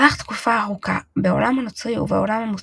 וכן אין נאמרת חזרת הש"ץ או ברכת כהנים.